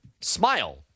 smile